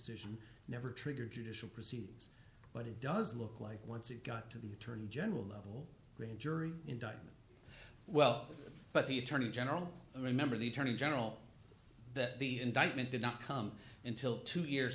decision never trigger judicial proceedings but it does look like once it got to the attorney general level grand jury indictment well but the attorney general remember the attorney general that the indictment did not come until two years